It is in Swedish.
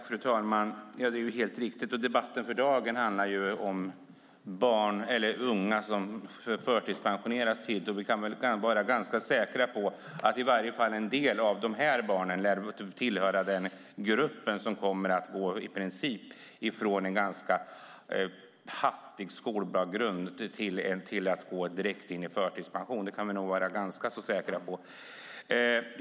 Fru talman! Det är helt riktigt, och debatten för dagen handlar om barn och unga som förtidspensioneras. Vi kan vara ganska säkra på att i varje fall en del av dessa barn lär tillhöra den grupp som kommer att gå från en i princip hattig skolbakgrund direkt in i förtidspension. Det kan vi nog vara ganska så säkra på.